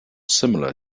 similar